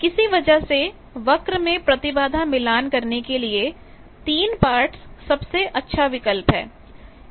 किसी वजह से वर्क में प्रतिबाधा मिलान करने के लिए 3 पार्ट्स सबसे अच्छा विकल्प है